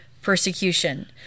Persecution